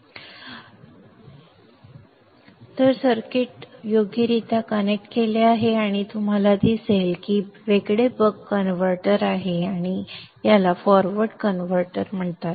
तर आता मी गोंधळ साफ केला आहे आणि नंतर सर्किटशी योग्यरित्या कनेक्ट केले आहे आणि तुम्हाला दिसेल की हे वेगळे बक कन्व्हर्टर आहे आणि याला फॉरवर्ड कन्व्हर्टर म्हणतात